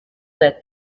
that